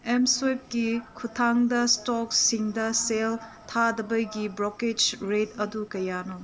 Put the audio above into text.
M ꯁ꯭ꯋꯤꯞꯀꯤ ꯈꯨꯠꯊꯥꯡꯗ ꯏꯁꯇꯣꯛꯁꯤꯡꯗ ꯁꯦꯜ ꯊꯥꯗꯕꯒꯤ ꯕ꯭ꯔꯣꯛꯀ꯭ꯔꯦꯁ ꯔꯦꯠ ꯑꯗꯨ ꯀꯌꯥꯅꯣ